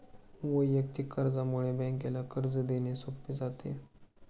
वैयक्तिक कर्जामुळे बँकेला कर्ज देणे सोपे जाते